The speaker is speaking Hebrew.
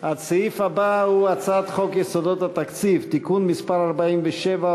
הסעיף הבא הוא הצעת חוק יסודות התקציב (תיקון מס' 47,